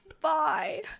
Bye